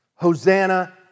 Hosanna